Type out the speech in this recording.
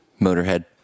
Motorhead